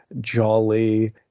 jolly